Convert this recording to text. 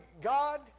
God